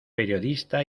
periodista